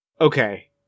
Okay